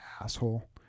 asshole